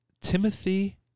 Timothy